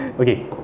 Okay